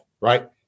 Right